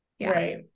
right